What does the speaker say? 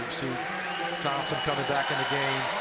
thompson coming back in the game,